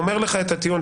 הוא אומר לך את הטיעון,